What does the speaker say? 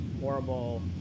horrible